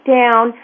down